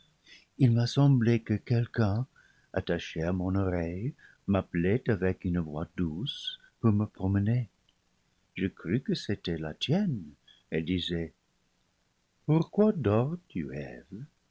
il m'a semblé que quelqu'un attaché à mon oreille m'appelait avec une voix douce pour me promener je crus que c'était la tienne elle disait pourquoi dors tu eve